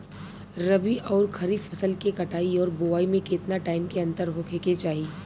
रबी आउर खरीफ फसल के कटाई और बोआई मे केतना टाइम के अंतर होखे के चाही?